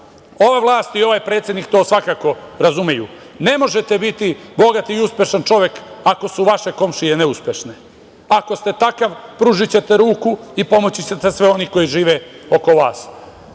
Ova vlast i ovaj predsednik to svakako razumeju. Ne možete biti bogat i uspešan čovek ako su vaše komšije neuspešne. Ako ste takvi pružićete ruku i pomoći ćete svima onima koji žive oko vas.